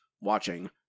watching